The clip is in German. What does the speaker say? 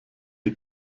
die